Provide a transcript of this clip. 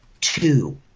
two